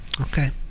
Okay